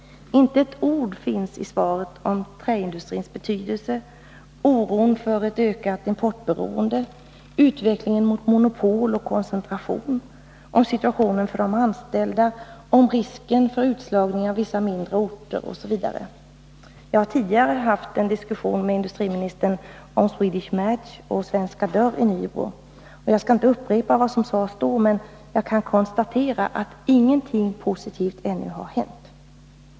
Inte ett ord finns i svaret om träindustrins betydelse, om oron för ett ökat importberoende, om utvecklingen mot monopol och koncentration, om situationen för de anställda, om risken för utslagning beträffande vissa mindre orter, osv. Jag har tidigare haft en diskussion med industriministern om Swedish Match och Svenska Dörr i Nybro. Jag skall inte upprepa vad som då sades, men jag kan konstatera att ingenting positivt ännu har hänt.